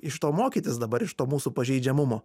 iš to mokytis dabar iš to mūsų pažeidžiamumo